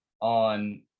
on